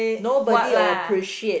nobody or appreciate